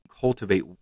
cultivate